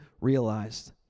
realized